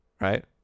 right